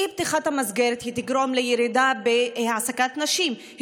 אי-פתיחת המסגרות תגרום לירידה בהעסקת נשים.